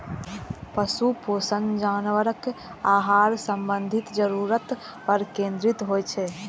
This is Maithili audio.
पशु पोषण जानवरक आहार संबंधी जरूरत पर केंद्रित होइ छै